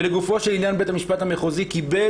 ולגופו של עניין בית המשפט המחוזי קיבל